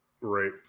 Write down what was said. Right